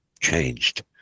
changed